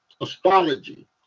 astrology